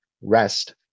rest